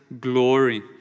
glory